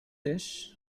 this